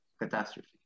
catastrophe